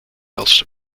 ulster